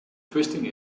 twisting